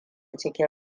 cikin